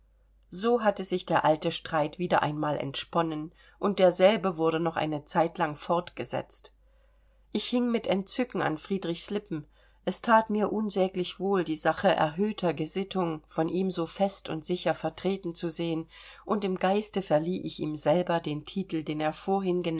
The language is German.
so hatte sich der alte streit wieder einmal entsponnen und derselbe wurde noch eine zeit lang fortgesetzt ich hing mit entzücken an friedrichs lippen es that mir unsäglich wohl die sache erhöhter gesittung von ihm so fest und sicher vertreten zu sehen und im geiste verlieh ich ihm selber den titel den er vorhin